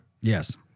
Yes